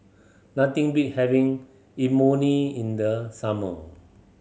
nothing beat having Imoni in the summer